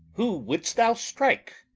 who wouldst thou strike?